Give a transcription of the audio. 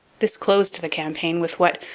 this closed the campaign with what,